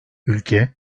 ülke